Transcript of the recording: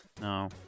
No